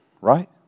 Right